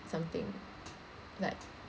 something like